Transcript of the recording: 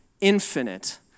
infinite